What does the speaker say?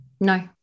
no